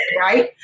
Right